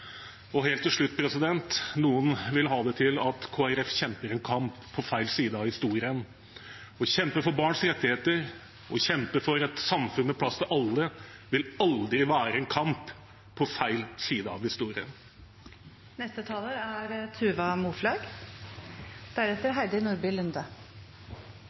Helt til slutt: Noen vil ha det til at Kristelig Folkeparti kjemper en kamp på feil side av historien. Å kjempe for barns rettigheter og å kjempe for et samfunn med plass til alle vil aldri være en kamp på feil side av